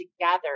together